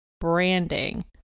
branding